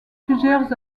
plusieurs